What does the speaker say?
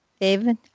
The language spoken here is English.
David